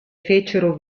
fecero